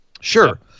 sure